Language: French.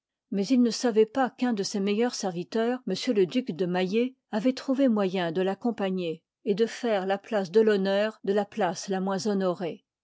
mais il ne savoit pas qu'un de ses meilleurs serviteurs m le duc de maillé ii pabt avoit trouva moyen de raccompagner et liv ii de faire la place de l'honnetir de la place la moins